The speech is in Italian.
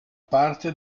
parte